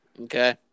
Okay